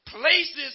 places